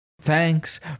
Thanks